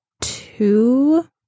two